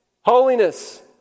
Holiness